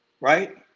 right